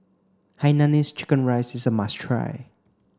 Hainanese chicken rice is a must try